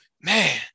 man